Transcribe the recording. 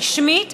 הרשמית,